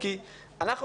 כי אנחנו